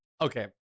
okay